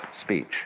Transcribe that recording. speech